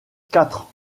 quatre